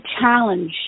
challenge